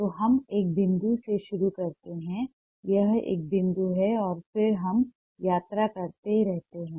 तो हम एक बिंदु से शुरू करते हैं यह एक बिंदु है और फिर हम यात्रा करते रहते हैं